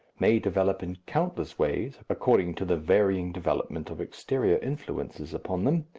may develop in countless ways according to the varying development of exterior influences upon them,